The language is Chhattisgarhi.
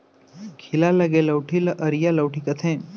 खीला लगे लउठी ल अरिया लउठी कथें